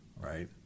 Right